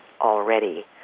already